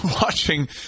watching